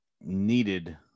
needed